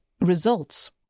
results